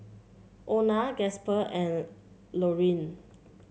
Ona Gasper and Laurene